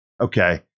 Okay